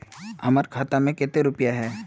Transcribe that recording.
हमर खाता में केते रुपया है?